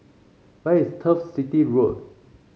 where is Turf City Road